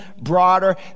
broader